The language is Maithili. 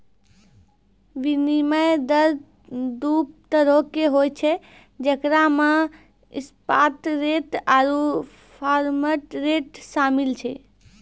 विनिमय दर दु तरहो के होय छै जेकरा मे स्पाट रेट आरु फारवर्ड रेट शामिल छै